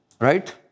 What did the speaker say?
Right